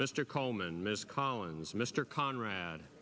mr coleman mr collins mr conrad